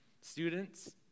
Students